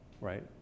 right